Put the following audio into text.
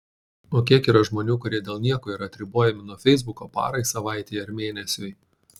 o kiek yra žmonių kurie dėl nieko yra atribojami nuo feisbuko parai savaitei ar mėnesiui